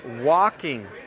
walking